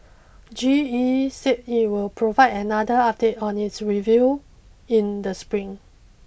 G E said it will provide another update on its review in the spring